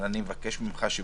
אני מבקש ממך,